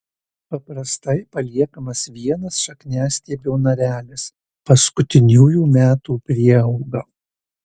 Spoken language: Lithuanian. paprastai paliekamas vienas šakniastiebio narelis paskutiniųjų metų prieauga